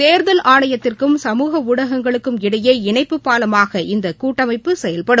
தேர்தல் ஆணையத்திற்கும் சமூக ஊடகங்களுக்கும் இடையே இணைப்பு பாலமாக இந்த கூட்டமைப்பு செயல்படும்